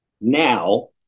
Now